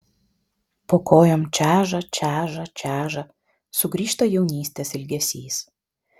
po kojom čeža čeža čeža sugrįžta jaunystės ilgesys